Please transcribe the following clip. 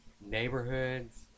neighborhoods